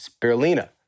Spirulina